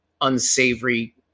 unsavory